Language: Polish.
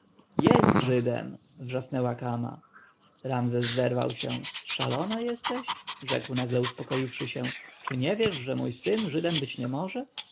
jest żydem wrzasnęła kama ramzes zerwał się szalona jesteś rzekł nagle uspokoiwszy się czy nie wiesz że mój syn żydem być nie może